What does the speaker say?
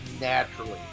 naturally